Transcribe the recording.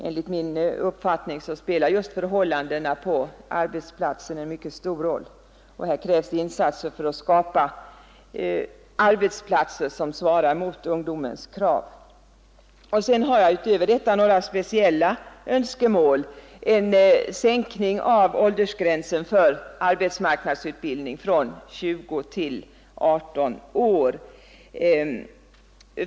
Enligt min uppfattning spelar just förhållandena på arbetsplatsen en mycket stor roll. Här krävs insatser för att skapa arbetsplatser som svarar mot ungdomens krav. Utöver det anförda har jag också några speciella önskemål. Det första är en sänkning av åldersgränsen för arbetsmarknadsutbildning från 20 till 18 år.